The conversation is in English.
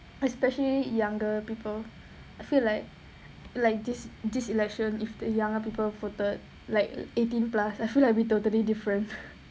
especially younger people I feel like like this this election if the younger people voted like eighteen plus I feel like it will be totally different